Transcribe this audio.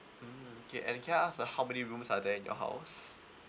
mm K and can I ask uh how many rooms are there in your house